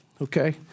Okay